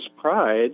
pride